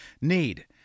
need